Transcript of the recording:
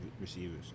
receivers